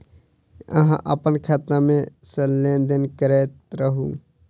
अहाँ अप्पन खाता मे सँ लेन देन करैत रहू?